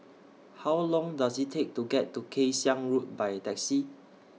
How Long Does IT Take to get to Kay Siang Road By Taxi